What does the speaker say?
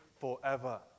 forever